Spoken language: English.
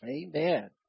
amen